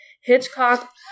Hitchcock